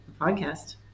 podcast